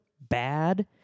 bad